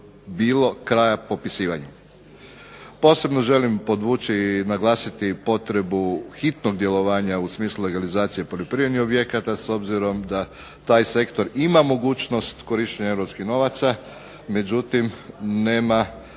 bilo kraja popisivanju. Posebno želim podvući i naglasiti potrebu hitnog djelovanja u smislu legalizacije poljoprivrednih objekata, s obzirom da taj sektor ima mogućnost korištenja europskih novaca, međutim nema,